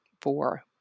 four